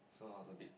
so I was abit